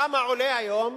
כמה עולה היום